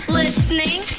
listening